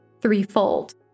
threefold